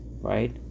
right